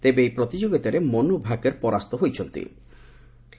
ତେବେ ଏହି ପ୍ରତିଯୋଗିତାରେ ମନୁ ଭାକେର ପରାସ୍ତ ହୋଇଯାଇଚି